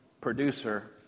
producer